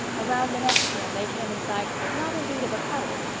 around the next turn they came in sight, not indeed of a palace,